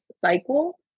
cycle